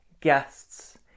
guests